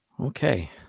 Okay